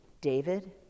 David